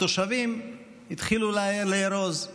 התושבים התחילו לארוז.